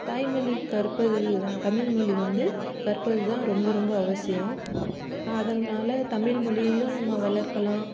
தாய்மொழி கற்பது தமிழ் மொழி வந்து கற்பதுதான் ரொம்ப ரொம்ப அவசியம் அதனாலே தமிழ் மொழியையும் நம்ம வளர்க்கலாம்